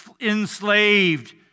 enslaved